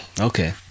Okay